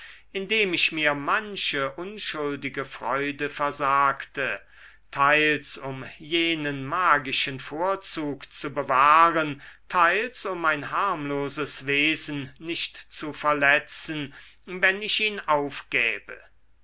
indem ich mir manche unschuldige freude versagte teils um jenen magischen vorzug zu bewahren teils um ein harmloses wesen nicht zu verletzen wenn ich ihn aufgäbe